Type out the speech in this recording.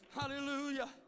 Hallelujah